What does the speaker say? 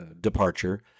departure